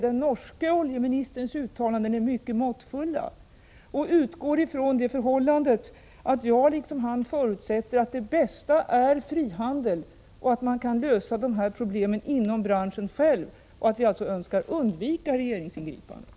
Den norske oljeministerns uttalanden är mycket måttfulla och utgår från det förhållandet att jag liksom han förutsätter att det bästa är frihandel, att det bästa är om man kan lösa problemen inom branschen, att vi alltså önskar undvika regeringsingripanden.